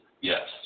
Yes